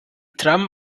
tram